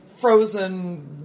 frozen